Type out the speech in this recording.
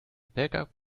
backup